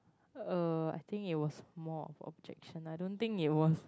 uh I think it was more of objection I don't think they want